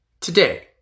Today